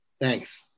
Thanks